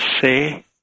say